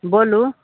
बोलू